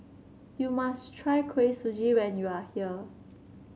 you must try Kuih Suji when you are here